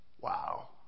Wow